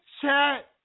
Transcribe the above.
chat